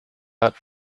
hat